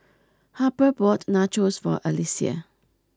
Harper bought Nachos for Alecia